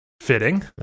fitting